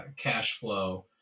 Cashflow